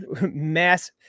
mass